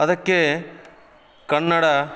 ಅದಕ್ಕೆ ಕನ್ನಡ